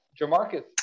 Jamarcus